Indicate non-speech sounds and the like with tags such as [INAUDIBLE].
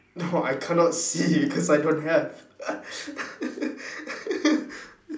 no I cannot see cause I don't have [LAUGHS]